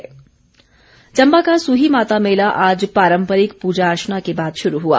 सुही मेला चम्बा का सुही माता मेला आज पारम्परिक पूजा अर्चना के बाद शुरू हुआ